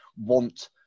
want